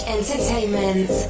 Entertainment